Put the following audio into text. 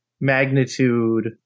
magnitude